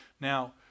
Now